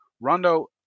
Rondo